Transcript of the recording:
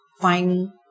fine